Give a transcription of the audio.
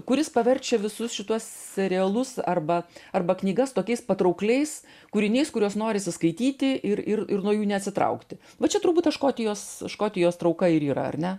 kuris paverčia visus šituos serialus arba arba knygas tokiais patraukliais kūriniais kuriuos norisi skaityti ir ir ir nuo jų neatsitraukti va čia turbūt ta škotijos škotijos trauka ir yra ar ne